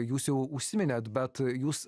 jūs jau užsiminėt bet jūs